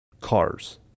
cars